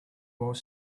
while